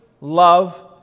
love